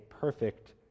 perfect